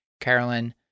Carolyn